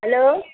hello